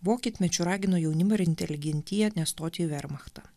vokietmečiu ragino jaunimą ir inteligentiją nestoti į vermachtą